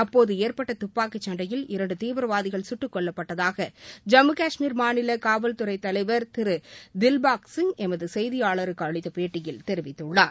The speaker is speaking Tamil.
அப்போது ஏற்பட்ட துப்பாக்கிச்சண்டையில் இரண்டு தீவிரவாதிகள் குட்டுக்கொல்லப்பட்டதாக ஜம்மு கஷ்மீர் மாநில காவல்துறை தலைவர் திரு தில்பாக் சிங் எமது செய்தியாளருக்கு அளித்த பேட்டியில் தெரிவித்துள்ளார்